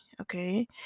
okay